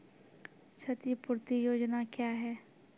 क्षतिपूरती योजना क्या हैं?